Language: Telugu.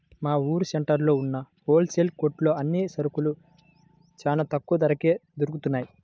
మా ఊరు సెంటర్లో ఉన్న హోల్ సేల్ కొట్లో అన్ని సరుకులూ చానా తక్కువ ధరకే దొరుకుతయ్